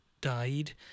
died